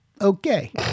okay